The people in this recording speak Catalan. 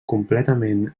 completament